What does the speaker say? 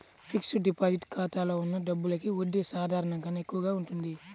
fixed deposit ఖాతాలో ఉన్న డబ్బులకి వడ్డీ సాధారణం కన్నా ఎక్కువగా ఉంటుంది